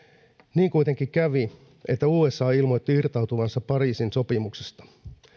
niin kuitenkin kävi että usa ilmoitti irtautuvansa pariisin sopimuksesta